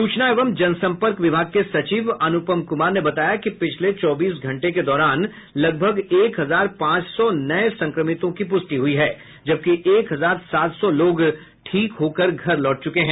सूचना एवं जनसंपर्क विभाग के सचिव अनुपम कुमार ने बताया कि पिछले चौबीस घंटे के दौरान लगभग एक हजार पांच सौ नये संक्रमितों की पुष्टि हुई है जबकि एक हजार सात सौ लोग ठीक होकर घर लौट च्रके हैं